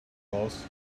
boss